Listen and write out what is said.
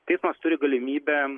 teismas turi galimybę